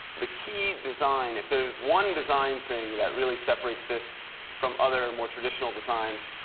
the key design if there's one design thing that really separates this from other, and more traditional designs,